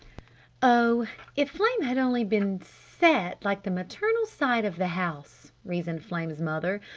oh if flame had only been set like the maternal side of the house! reasoned flame's mother.